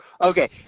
Okay